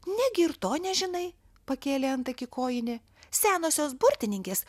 negi ir to nežinai pakėlė antakį kojinė senosios burtininkės